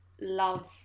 love